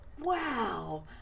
wow